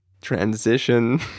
transition